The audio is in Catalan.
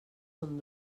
són